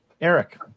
Eric